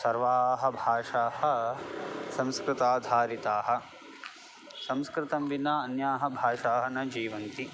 सर्वाः भाषाः संस्कृताधारिताः संस्कृतेन विना अन्याः भाषाः न जीवन्ति